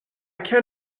can